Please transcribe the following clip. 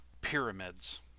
pyramids